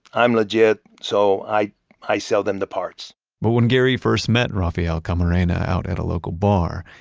i'm legit, so i i sell them the parts but when gary first met rafael camarena out at a local bar,